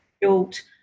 built